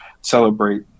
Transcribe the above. celebrate